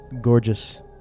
gorgeous